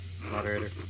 moderator